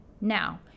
Now